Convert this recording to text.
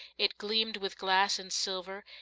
it gleamed with glass and silver,